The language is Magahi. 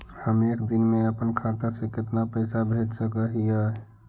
हम एक दिन में अपन खाता से कितना पैसा भेज सक हिय?